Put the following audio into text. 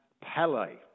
Pele